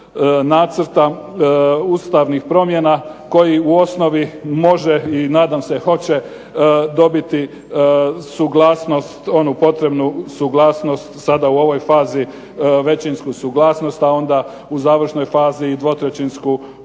Nacrta ustavnih promjena koji u osnovi može i nadam se hoće dobiti suglasnost, onu potrebnu suglasnost sada u ovoj fazi većinsku suglasnost, a onda u završnoj fazi i dvotrećinsku